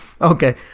Okay